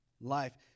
life